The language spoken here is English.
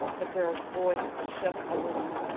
the girl's voice shook a little.